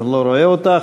אני לא רואה אותה.